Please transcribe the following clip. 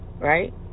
right